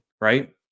right